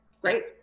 great